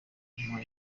mpa